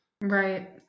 Right